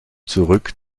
zurück